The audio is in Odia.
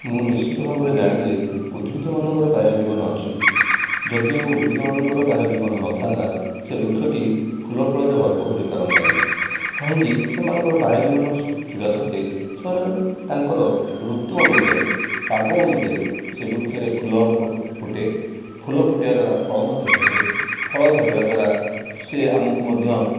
ମୁଁ ନିଶ୍ଚିତ ଭାବରେ ଜାଣେ ଯେ ଉଦ୍ଭିଦ ମାନଙ୍କ ବାହ୍ୟ ଜୀବନ ଅଛି ଯଦିଓ ଉଦ୍ଭିଦ ମାନଙ୍କ ବାହ୍ୟ ଜୀବନ ନ ଥାନ୍ତା ସେ ବୃକ୍ଷଟି ଫୁଲ ଫଳରେ ଭରପୁର ହୋଇପାରନ୍ତା ନି କାହିଁକି ସେମାନଙ୍କ ବାହ୍ୟ ଜୀବନ ଥିବା ସତ୍ତ୍ୱେ ସେମାନେ ତାଙ୍କର ଋତୁ ଅନୁଯାୟୀ ପାଗ ଅନୁଯାୟୀ ସେ ବୃକ୍ଷରେ ଫୁଲ ଫୁଟେ ଫୁଲ ଫୁଟିବା ଦ୍ୱାରା ଫଳ ମଧ୍ୟ ଧରେ ଫଳ ଧରିବା ଦ୍ୱାରା ସେ ଆମକୁ ମଧ୍ୟ